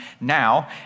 now